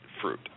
fruit